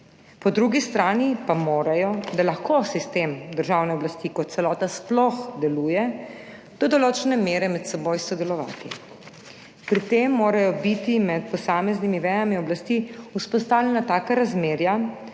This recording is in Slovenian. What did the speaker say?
Po drugi strani pa morajo, da lahko sistem državne oblasti kot celota sploh deluje, do določene mere med seboj sodelovati. Pri tem morajo biti med posameznimi vejami oblasti vzpostavljena taka razmerja,